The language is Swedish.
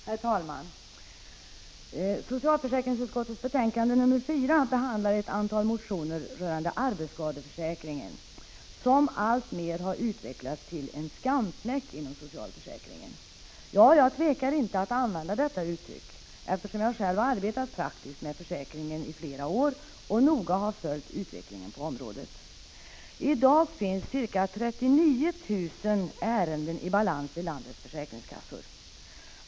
Herr talman! Socialförsäkringsutskottets betänkande 4 behandlar ett antal motioner rörande arbetsskadeförsäkringen, som alltmer utvecklats till en skamfläck inom socialförsäkringen. Jag tvekar inte att använda detta uttryck, eftersom jag själv har arbetat praktiskt med försäkringen i flera år och noga 57 följt utvecklingen på området. I dag finns ca 39 000 ärenden i balans vid landets försäkringskassor.